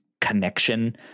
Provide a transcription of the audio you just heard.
connection